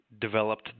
developed